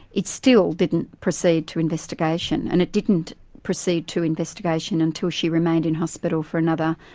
it still didn't proceed to investigation, and it didn't proceed to investigation until she remained in hospital for another.